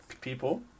people